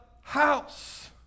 house